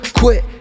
quit